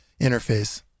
interface